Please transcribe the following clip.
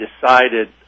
decided